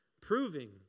proving